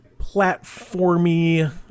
platformy